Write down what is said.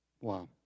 Wow